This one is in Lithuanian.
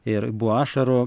ir buvo ašarų